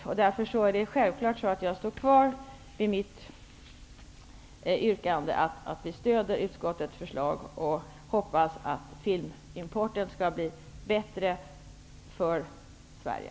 Jag står därför självfallet kvar vid mitt yrkande om bifall till utskottets förslag och hoppas att filmimporten i Sverige skall bli bättre.